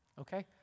okay